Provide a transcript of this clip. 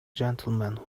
gentlemen